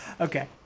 Okay